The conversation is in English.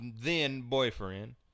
then-boyfriend